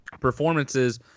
Performances